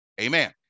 Amen